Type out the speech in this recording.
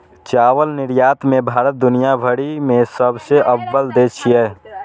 चावल निर्यात मे भारत दुनिया भरि मे सबसं अव्वल देश छियै